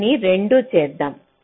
దీనిని 2 చేద్దాం